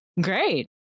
Great